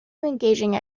engaging